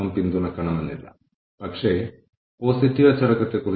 വ്യത്യാസം പ്രധാനമാണെങ്കിൽ അതിനർത്ഥം ഇതൊരു പോസിറ്റീവ് ഇൻപുട്ടാണ് എന്നാണ്